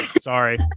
Sorry